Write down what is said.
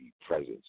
presence